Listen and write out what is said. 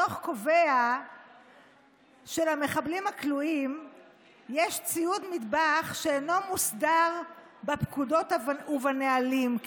הדוח קובע שלמחבלים הכלואים יש ציוד מטבח שאינו מוסדר בפקודות ובנהלים,